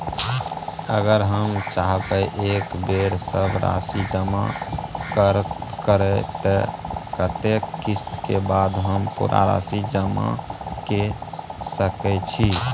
अगर हम चाहबे एक बेर सब राशि जमा करे त कत्ते किस्त के बाद हम पूरा राशि जमा के सके छि?